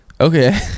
Okay